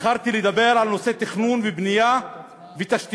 בחרתי לדבר על נושא תכנון ובנייה ותשתיות,